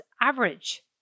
average